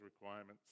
requirements